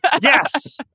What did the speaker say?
Yes